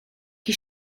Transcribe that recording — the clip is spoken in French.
qui